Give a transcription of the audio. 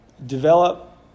develop